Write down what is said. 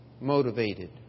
motivated